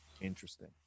Interesting